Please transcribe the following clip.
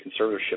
conservatorship